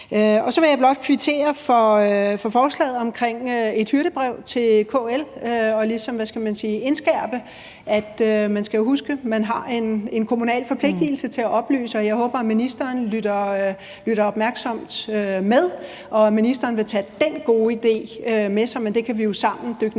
Så vil jeg blot kvittere for forslaget om et hyrdebrev til KL, hvor man ligesom, hvad skal man sige, indskærper, at man skal huske, at man har en kommunal forpligtigelse til at oplyse – og jeg håber, ministeren lytter opmærksomt med, og at ministeren vil tage den gode idé med sig. Men det kan vi jo sammen dykke ned